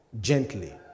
gently